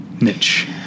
niche